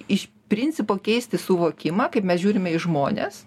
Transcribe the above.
iš principo keisti suvokimą kaip mes žiūrime į žmones